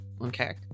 Okay